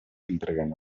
билдирген